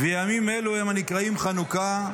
וימים אלו הן הנקראין חנוכה,